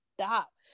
stop